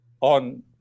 on